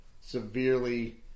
severely